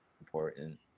important